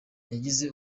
yagize